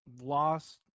lost